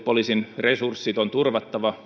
poliisin resurssit on turvattava